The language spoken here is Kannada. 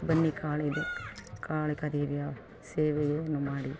ಬನ್ನಿ ಕಾಳಿದೆ ಕಾಳಿಕ ದೇವಿಯ ಸೇವೆಯನು ಮಾಡಿ